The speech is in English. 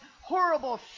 horrible